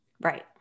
Right